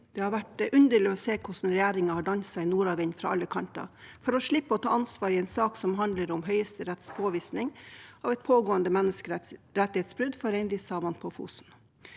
Det har vært underlig å se hvordan regjeringen har danset i nordavind fra alle kanter for å slippe å ta ansvar i en sak som handler om Høyesteretts påvisning av et pågående menneskerettighetsbrudd for reindriftssamene på Fosen.